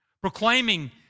proclaiming